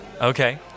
Okay